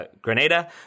Grenada